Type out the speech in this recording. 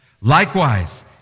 Likewise